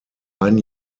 ein